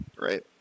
right